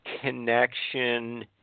connection